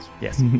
Yes